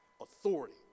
authority